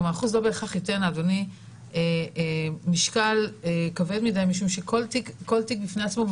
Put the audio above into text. לא בהכרח ייתן משקל כבד מדי משום שכל תיק בפני עצמו.